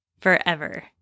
forever